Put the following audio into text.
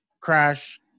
crash